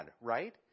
right